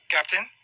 Captain